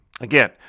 Again